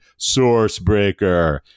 Sourcebreaker